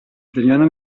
дөньяның